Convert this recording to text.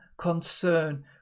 concern